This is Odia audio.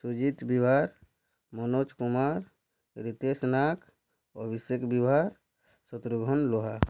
ସୁଜିତ୍ ବିଭାର ମନୋଜ କୁମାର ରିତେଶ୍ ନାଗ ଅଭିଷେକ ବିଭାର ଶତୃଘ୍ନ ଲୁହାର